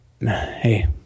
Hey